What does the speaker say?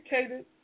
educated